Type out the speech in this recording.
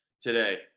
today